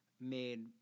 made